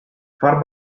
far